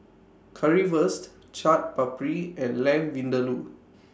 Currywurst Chaat Papri and Lamb Vindaloo